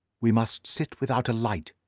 we must sit without light.